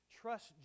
trust